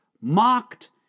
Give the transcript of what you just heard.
mocked